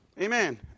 Amen